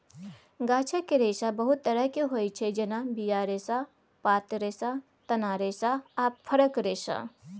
गाछक रेशा बहुत तरहक होइ छै जेना बीया रेशा, पात रेशा, तना रेशा आ फरक रेशा